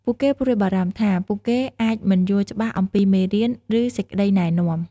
ពួកគេព្រួយបារម្ភថា ពួកគេអាចមិនយល់ច្បាស់អំពីមេរៀន ឬសេចក្តីណែនាំ។